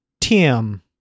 Tim